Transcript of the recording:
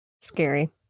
scary